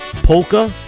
polka